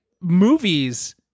movies